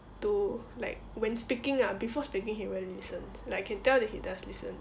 to like when speaking ah before speaking he really listens like I can tell that he does listen